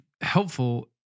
helpful